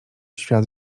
świat